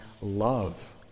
love